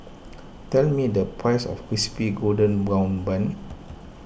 tell me the price of Crispy Golden Brown Bun